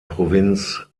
provinz